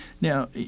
Now